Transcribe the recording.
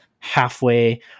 halfway